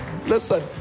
Listen